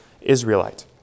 Israelite